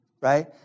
Right